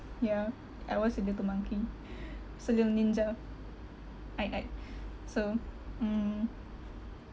yeah I was a little monkey was a lil ninja aye aye so mm